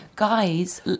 Guys